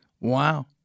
Wow